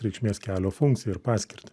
reikšmės kelio funkciją ir paskirtį